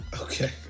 Okay